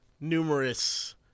numerous